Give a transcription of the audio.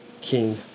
king